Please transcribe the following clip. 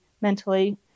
mentally